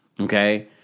Okay